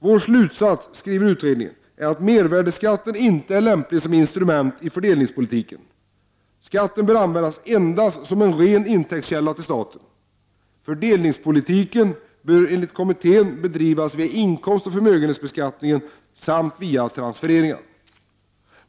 Vår slutsats är att mervärdeskatten inte är lämplig som instrument i fördelningspolitiken. Skatten bör användas endast som en ren intäktskälla för staten. Fördelningspolitiken bör enligt kommittén bedrivas via inkomstoch förmögenhetsbeskattningen samt via transfereringar.